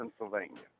Pennsylvania